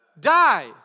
die